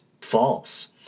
false